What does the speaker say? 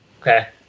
Okay